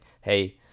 hey